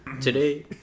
Today